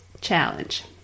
challenge